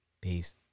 Peace